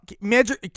major